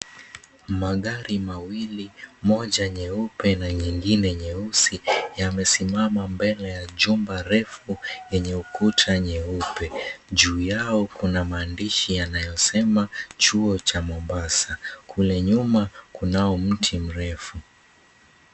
Magari mawili moja nyeupe na nyengine nyeusi, yamesimama mbele ya jumba refu, yenye ukuta mweupe. Juu yao kuna maandishi yanayosema chuo cha mombasa, kule nyuma kunao mti mrefu.